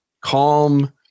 calm